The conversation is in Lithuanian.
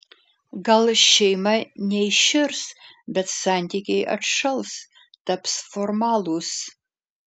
gal šeima neiširs bet santykiai atšals taps formalūs